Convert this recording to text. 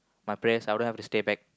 my prayers I wouldn't have to stay back